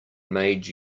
made